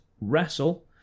wrestle